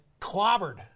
clobbered